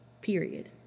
Period